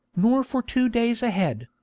nor for two days ahead,